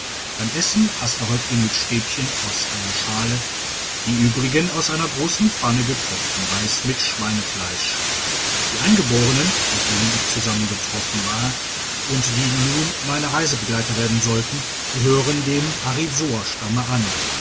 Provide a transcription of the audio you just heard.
beim essen ass der häuptling mit stäbchen aus einer weiber des horsiastammes schale die übrigen aus einer grossen pfanne gekochten reis mit schweinefleisch die eingeborenen mit denen ich zusammengetroffen war und die nun meine reisebegleiter werden sollten gehören dem arisoastamme an